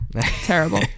Terrible